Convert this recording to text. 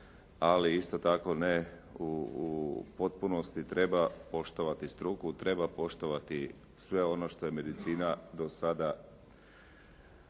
ali isto tako ne u potpunosti. Treba poštovati struku, treba poštovati sve ono što je medicina do sada